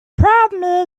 problem